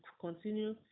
continue